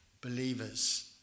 believers